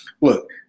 Look